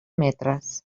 metres